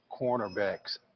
cornerbacks